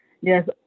Yes